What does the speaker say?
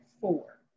four